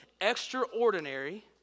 extraordinary